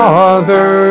Father